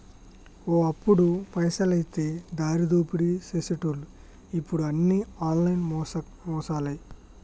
ఓ అప్పుడు పైసలైతే దారిదోపిడీ సేసెటోళ్లు ఇప్పుడు అన్ని ఆన్లైన్ మోసాలే